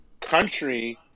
country